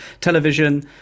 Television